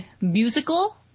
musical